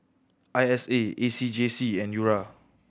I S A A C J C and URA